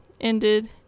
ended